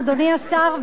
אדוני השר,